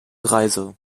reise